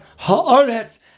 haaretz